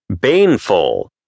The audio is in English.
Baneful